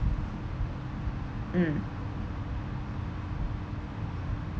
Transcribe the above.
mm